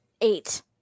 Eight